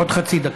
עוד חצי דקה.